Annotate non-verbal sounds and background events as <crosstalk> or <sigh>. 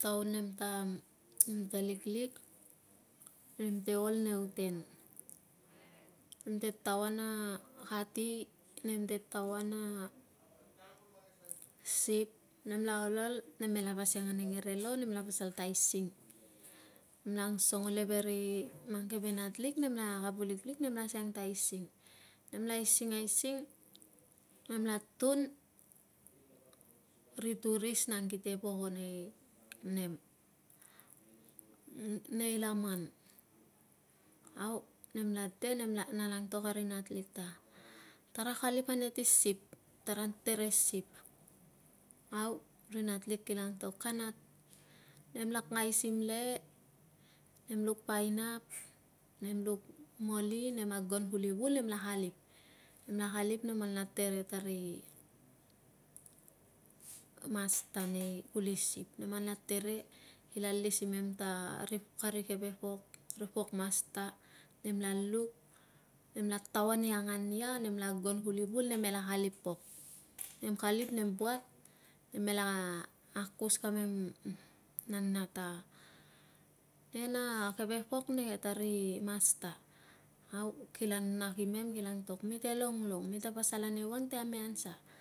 Taun nemta, <noise> nemta liklik, nem te ol nei uten. Nem te taoa na kati, nem te taoa na sip. Nem la ol, ol, nem mela pasiang ane ngerelo nem la pasal ta aising. Nem la angsongo le ve ri mang keve natlik, nemla kavulik nemla siang tan aising, nemla aising, aising nem la tun, ri turis nang kite voko nei nem, nei laman. Au nem la de, nemla, nala antok a ri natlik ta, "tara kalip ane ti sip taran tere sip". Au ri natlik kila antok, "kanat." Nem lak ngaisim le, nem luk painap, nem luk moli, nem agon kuli vul, nemla kalip. Nemla kalip nem anla tere tari masta nei kuli sip. Nem anla tere kila alis imem ta kari keve pok, ri pok masta. Nemla luk nemla taoa ni angan nia, nemla agon kuli vul nemela kalip pok. Nem kalip, nem buat nemela akus kamem nana ta, "ne na keve pok neke tari masta". Au kila nak imem, kila antok, mite longlong! Mi ta pasal ane wang si kami an sa?